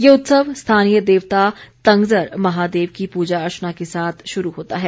ये उत्सव स्थानीय देवता तंगज़र महादेव की पूजा अर्चना के साथ श़ुरू होता है